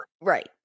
Right